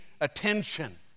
attention